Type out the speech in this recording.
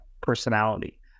personality